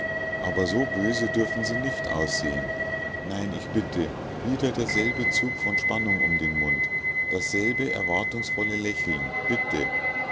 aber so böse dürfen sie nicht aussehen nein ich bitte wieder derselbe zug von spannung um den mund dasselbe erwartungsvolle lächeln bitte